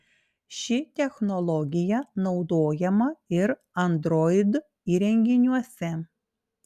ši technologija naudojama ir android įrenginiuose